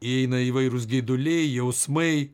įeina įvairūs geiduliai jausmai